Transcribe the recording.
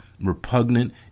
repugnant